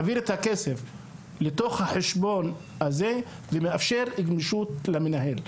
לתוך החשבון הזה ומאפשר גמישות למנהל.